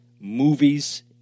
movies